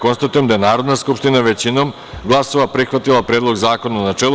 Konstatujem da je Narodna skupština većinom glasova prihvatila Predlog zakona, u načelu.